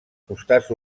costats